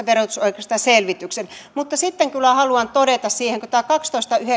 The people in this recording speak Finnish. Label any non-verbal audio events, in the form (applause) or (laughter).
(unintelligible) verotusoikeudesta selvityksen mutta sitten kyllä haluan todeta että kun tämä